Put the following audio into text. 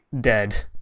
dead